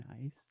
nice